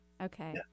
Okay